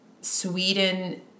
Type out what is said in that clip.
sweden